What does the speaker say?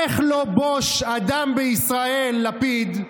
"איך לא בוש אדם בישראל" לפיד,